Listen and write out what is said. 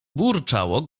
burczało